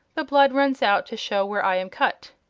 the blood runs out to show where i am cut.